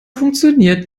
funktioniert